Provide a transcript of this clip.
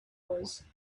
was